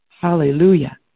Hallelujah